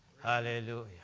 Hallelujah